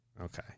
Okay